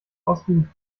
ausgiebig